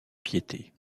piété